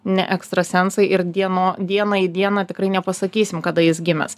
ne ekstrasensai ir dieno dieną į dieną tikrai nepasakysim kada jis gimęs